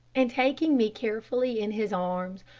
and taking me carefully in his arms,